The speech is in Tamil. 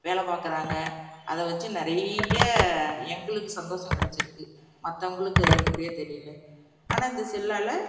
வேலை பார்க்கறாங்க அதை வெச்சு நிறைய எங்களுக்கு சந்தோஷம் கிடைச்சிருக்கு மற்றவுங்களுக்கு அது எப்படியோ தெரியல ஆனால் இந்த செல்லால்